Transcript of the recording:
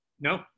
No